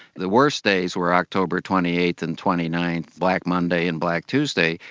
the worst days were october twenty eighth and twenty ninth, black monday and black tuesday,